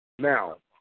Now